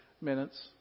minutes